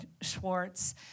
Schwartz